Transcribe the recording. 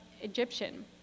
Egyptian